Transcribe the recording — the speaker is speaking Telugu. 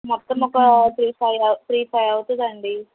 మొత్తం ఒక త్రీ ఫైవ్ త్రీ ఫైవ్ అవుతుంది అండి